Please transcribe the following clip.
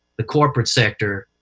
the corporate sector,